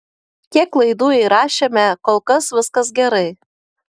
kiek laidų įrašėme kol kas viskas gerai